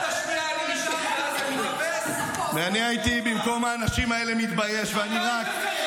אם אחרי 7 באוקטובר האנשים האלה מדברים על משא ומתן,